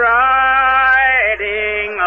riding